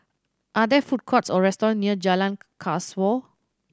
are there food courts or restaurants near Jalan Kasau